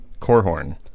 Corhorn